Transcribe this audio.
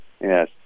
Yes